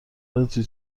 توتی